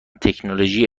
تکنولوژی